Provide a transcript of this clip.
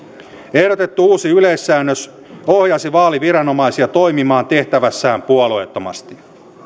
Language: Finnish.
ehdotettu uusi yleissäännös ohjaisi vaaliviranomaisia toimimaan tehtävässään puolueettomasti